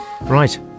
Right